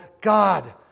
God